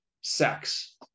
sex